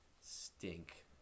stink